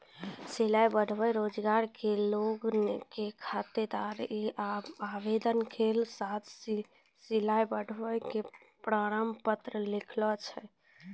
सिलाई कढ़ाई रोजगार के लोन के खातिर आवेदन केरो साथ सिलाई कढ़ाई के प्रमाण पत्र लागै छै?